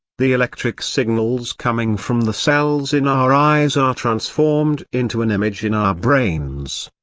the electric signals coming from the cells in our eyes are transformed into an image in our brains.